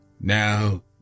now